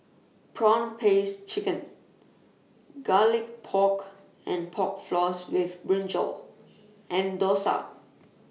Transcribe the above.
Prawn Paste Chicken Garlic Pork and Pork Floss with Brinjal and Dosa